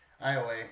Iowa